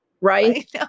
right